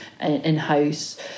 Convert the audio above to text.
in-house